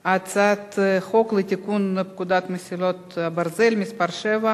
ההצעה להעביר את הצעת חוק לתיקון פקודת מסילות הברזל (מס' 7)